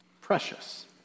Precious